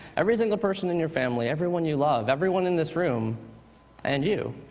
every single person in your family, everyone you love, everyone in this room and you